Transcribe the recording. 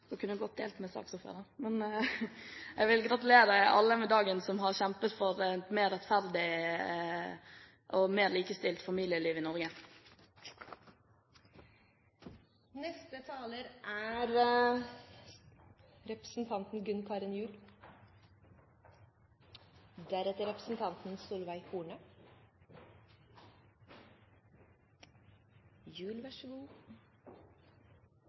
kunne godt delt med saksordføreren! Jeg vil gratulere alle med dagen som har kjempet for et mer rettferdig og mer likestilt familieliv i Norge. Jeg vil først bare innrømme at det er